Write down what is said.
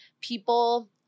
people